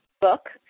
book